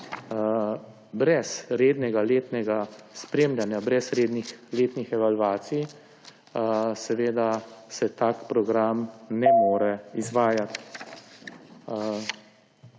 Brez rednega letnega spremljanja brez rednih letnih evalvacij se tak program ne more izvajati.